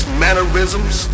mannerisms